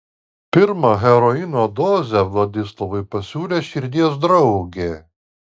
pirmą heroino dozę vladislavui pasiūlė širdies draugė